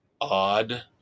odd